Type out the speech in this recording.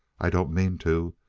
i don't mean to.